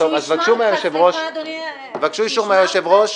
טוב, תבקשו אישור מהיושב-ראש.